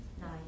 nine